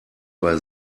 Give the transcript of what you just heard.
bei